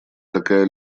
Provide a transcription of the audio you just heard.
такая